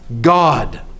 God